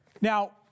Now